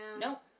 Nope